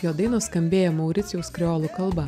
jo dainos skambėjo mauricijaus kreolų kalba